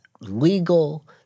legal